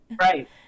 Right